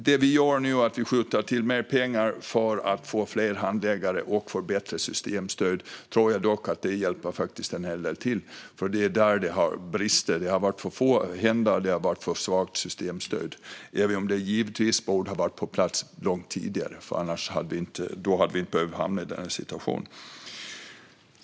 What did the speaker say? Det vi nu gör är att vi skjuter till mer pengar för att få fler handläggare och bättre systemstöd. Jag tror faktiskt att det hjälper till en hel del, för det är där det har brustit. Det har varit för få händer, och det har varit för svagt systemstöd. Givetvis hade detta behövt vara på plats långt tidigare, för då hade vi inte behövt hamna i den här situationen.